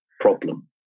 problem